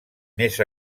més